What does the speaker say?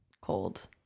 cold